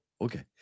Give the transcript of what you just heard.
okay